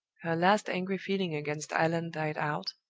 her last angry feeling against allan died out,